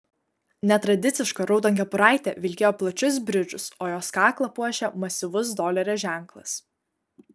netradiciška raudonkepuraitė vilkėjo plačius bridžus o jos kaklą puošė masyvus dolerio ženklas